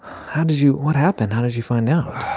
how did you what happened? how did you find out?